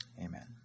Amen